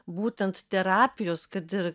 būtent terapijos kad ir